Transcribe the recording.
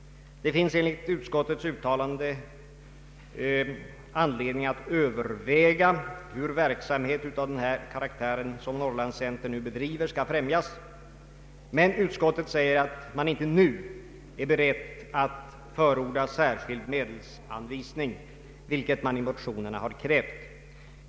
Det finns enligt utskottets uttalande anledning att överväga hur verksamhet av den karaktär som Norrland Center bedriver skall främjas, men utskottet är inte nu berett att förorda särskild medelsanvisning, vilket vi krävt i motionerna.